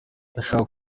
nashakaga